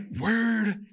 Word